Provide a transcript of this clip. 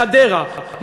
בחדרה,